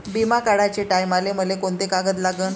बिमा काढाचे टायमाले मले कोंते कागद लागन?